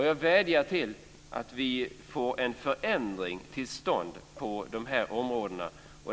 Jag vädjar om att vi ska få en förändring till stånd på de här områdena.